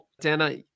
Dana